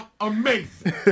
Amazing